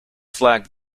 flagged